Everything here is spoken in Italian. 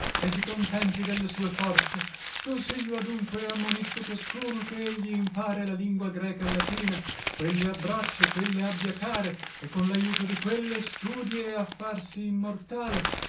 e si contenti delle sue forze consiglio adunque e ammonisco ciascuno che egli impare la lingua greca e latina quelle abbracce quelle abbia care e con laiuto di quelle studie a farsi immortale